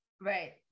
right